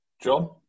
John